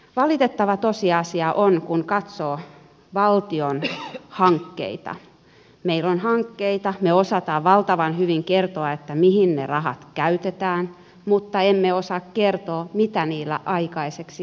valitettava tosiasia on kun katsoo valtion hankkeita että meillä on hankkeita me osaamme valtavan hyvin kertoa mihin ne rahat käytetään mutta emme osaa kertoa mitä niillä aikaiseksi saadaan